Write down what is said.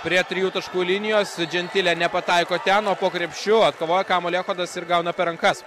prie trijų taškų linijos džentilė nepataiko ten o po krepšiu atkovoja kamuolį echodas ir gauna per rankas